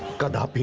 goddess